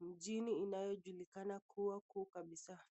mjini inayojulikana kua kuu kabisa.